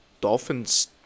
Dolphins